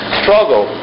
struggle